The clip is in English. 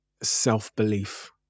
self-belief